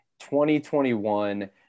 2021